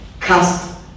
Cast